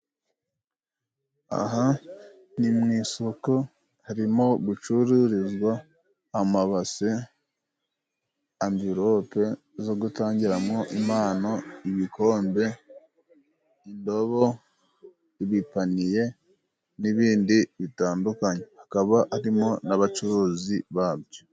Aha ni mu isoko, harimo gucururizwa amabase, anvilope zo gutangiramo impano, ibikombe, indobo, ibipaniye n'ibindi bitandukanye, hakaba harimo n'abacuruzi babyo.